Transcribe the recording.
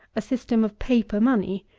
a system of paper-money,